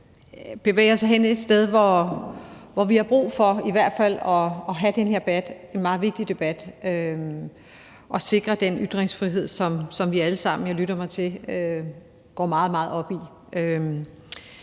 bevæger sig hen til et sted, hvor vi i hvert fald har brug for at have den her debat – en meget vigtig debat – og sikre den ytringsfrihed, som vi, lytter jeg mig til, alle sammen går meget, meget op i.